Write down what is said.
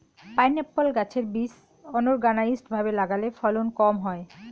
pineapple গাছের বীজ unorganised ভাবে লাগালে ফলন কম হয়